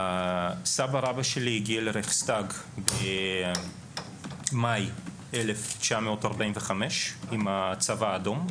סבא רבא שלי הגיע לרכסטאג במאי 1945 עם הצבא האדום.